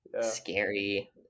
scary